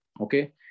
Okay